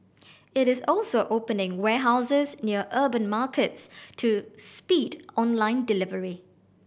it is also opening warehouses near urban markets to speed online delivery